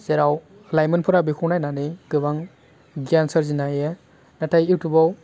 जेराव लाइमोनफोरा बेखौ नायनानै गोबां गियान सोरजिनो हायो नाथाय इउटुबाव